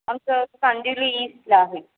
आमचं कांदिवली ईस्टला आहे